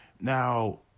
Now